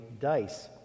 dice